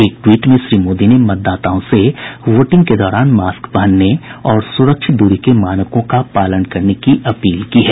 एक ट्वीट में श्री मोदी ने मतदाताओं से वोटिंग के दौरान मास्क पहनने और सुरक्षित दूरी के मानकों का पालन करने की अपील की है